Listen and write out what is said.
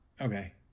okay